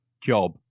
job